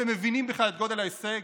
אתם מבינים בכלל את גודל ההישג?